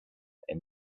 and